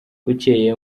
bukeye